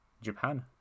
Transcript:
Japan